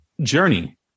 journey